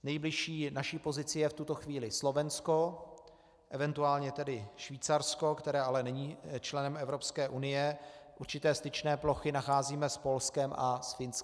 Nejbližší naší pozicí je v tuto chvíli Slovensko, event. tedy Švýcarsko, které ale není členem Evropské unie, určité styčné plochy nacházíme s Polskem a s Finskem.